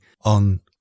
on